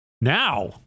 Now